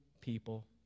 people